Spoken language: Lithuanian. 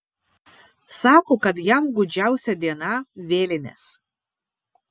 sako kad jam gūdžiausia diena vėlinės